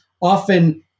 often